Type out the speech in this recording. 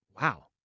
Wow